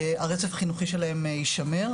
הרצף החינוכי שלהם יישמר.